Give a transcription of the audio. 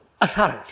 authority